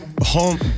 home